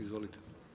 Izvolite.